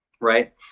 Right